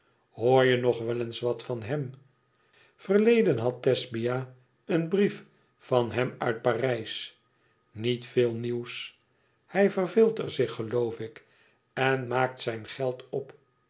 hoor je nog wel eens wat van hem verleden had thesbia een brief van hem uit parijs niet veel nieuws hij verveelt er zich geloof ik en maakt zijn geld op